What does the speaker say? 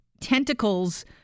tentacles